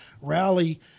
rally